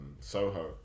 Soho